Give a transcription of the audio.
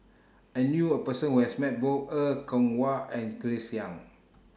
I knew A Person Who has Met Both Er Kwong Wah and Grace Young